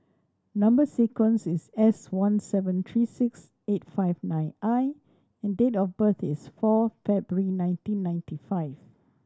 number sequence is S one seven three six eight five nine I and date of birth is four February nineteen ninety five